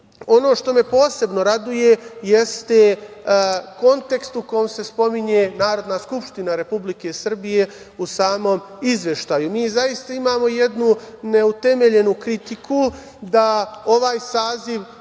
što me posebno raduje jeste kontekst u kom se spominje Narodna skupština Republike Srbije u samom izveštaju. Mi zaista imamo jednu neutemeljenu kritiku da ovaj saziv